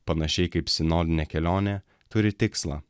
panašiai kaip sinodinė kelionė turi tikslą